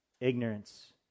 ignorance